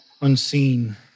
unseen